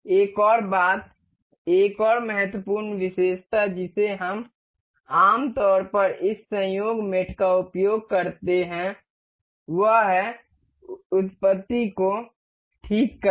एक और बात एक और महत्वपूर्ण विशेषता जिसे हम आम तौर पर इस संयोग मेट का उपयोग करते हैं वह है उत्पत्ति को ठीक करना